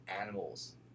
animals